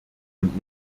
und